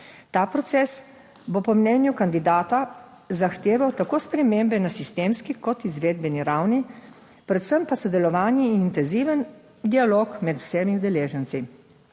Ta proces bo po mnenju kandidata zahteval tako spremembe na sistemski kot izvedbeni ravni, predvsem pa sodelovanje in intenziven dialog med vsemi udeleženci.